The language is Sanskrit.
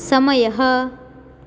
समयः